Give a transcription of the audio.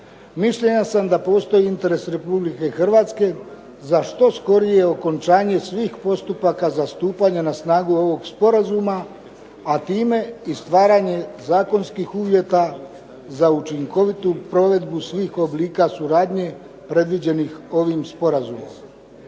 mišljenja sam da postoji interes Republike Hrvatske za što skorije okončanje svih postupaka za stupanja na snagu ovog sporazuma, a time i stvaranje zakonskih uvjeta za učinkovitu provedbu svih oblika suradnje predviđenih ovim sporazumom.